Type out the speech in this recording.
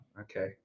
Okay